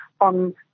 on